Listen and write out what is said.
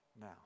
now